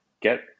get